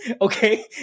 Okay